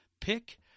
Pick